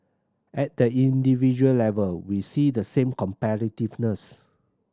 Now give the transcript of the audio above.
at the individual level we see the same competitiveness